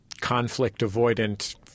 conflict-avoidant